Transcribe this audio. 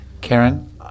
Karen